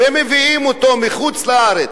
והם מביאים אותו מחוץ-לארץ,